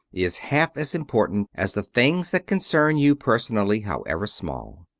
is half as important as the things that concern you personally, however small.